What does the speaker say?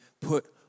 put